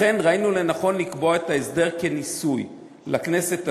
לכן ראינו לנכון לקבוע את ההסדר כניסוי לכנסת הזאת.